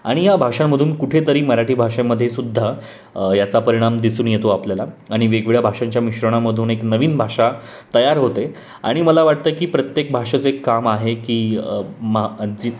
आणि या भाषांमधून कुठेतरी मराठी भाषेमध्ये सुद्धा याचा परिणाम दिसून येतो आपल्याला आणि वेगवेगळ्या भाषांच्या मिश्रणामधून एक नवीन भाषा तयार होते आणि मला वाटतं की प्रत्येक भाषेचं एक काम आहे की मा जी